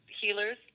healers